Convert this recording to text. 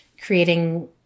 creating